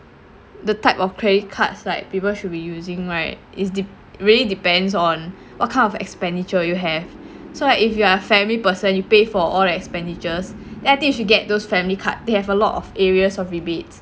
the type of credit cards like people should be using right it's dep~ really depends on what kind of expenditure you have so like if you are family person you pay for all the expenditures then I think you should get those family card they have a lot of areas of rebates